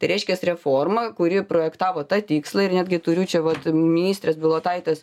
tai reiškias reforma kuri projektavo tą tikslą ir netgi turiu čia vat ministrės bilotaitės